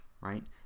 right